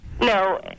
No